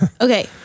Okay